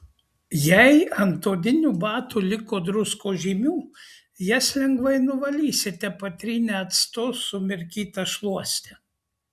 jei ant odinių batų liko druskos žymių jas lengvai nuvalysite patrynę actu sumirkyta šluoste